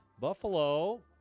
Buffalo